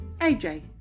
AJ